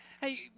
Hey